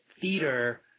theater